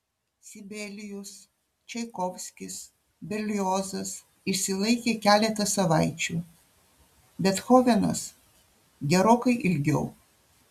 sibelijus čaikovskis berliozas išsilaikė keletą savaičių bethovenas gerokai ilgiau